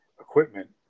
equipment